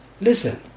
listen